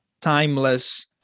timeless